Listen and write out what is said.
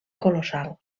colossal